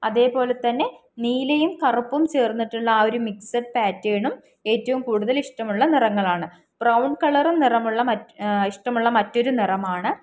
അതേപോലെത്തന്നെ നീലയും കറുപ്പും ചേർന്നിട്ടുള്ള ആ ഒരു മിക്സഡ് പാറ്റേണും ഏറ്റവും കൂടുതൽ ഇഷ്ടമുള്ള നിറങ്ങളാണ് ബ്രൗൺ കളറും നിറമുള്ള മറ്റ് ഇഷ്ടമുള്ള മറ്റൊരു നിറമാണ്